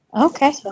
Okay